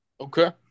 Okay